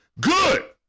good